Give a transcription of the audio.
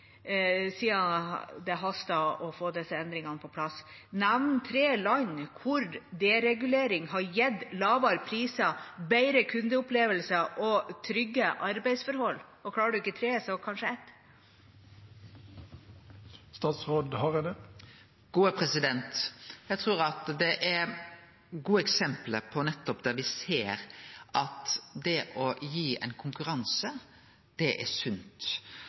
det haster å få disse endringene på plass, nevne tre land hvor deregulering har gitt lavere priser, bedre kundeopplevelser og trygge arbeidsforhold? – Og klarer han ikke tre, så kanskje ett. Eg trur det er gode eksempel der vi nettopp ser at konkurranse er